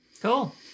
Cool